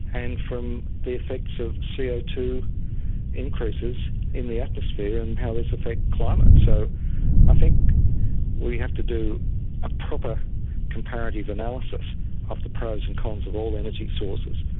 and from the effects of c o two increases in the atmosphere, and how this affects climate. so i think we have to do a proper comparative analysis of the pros and cons of all energy sources.